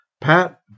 pat